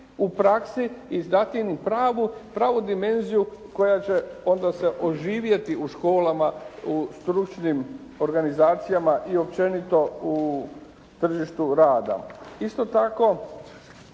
u praksi i dati im pravu dimenziju koja će onda se oživjeti u školama, u stručnim organizacijama i općenito u tržištu rada. Isto tako,